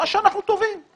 מה שאנחנו טובים בו